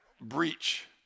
breach